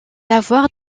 avoir